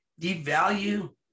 devalue